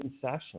session